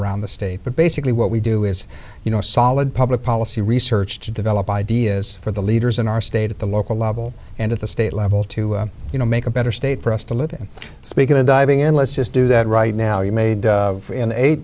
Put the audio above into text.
around the state but basically what we do is you know solid public policy research to develop ideas for the leaders in our state at the local level and at the state level to you know make a better state for us to live in speaking of diving in let's just do that right now you made in eight